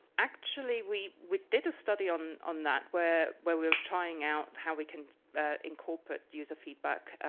actually, we we did a study on on that where where we were trying out how we can incorporate user feedback,